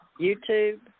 YouTube